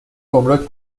گمرک